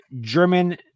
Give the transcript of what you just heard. German